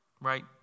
right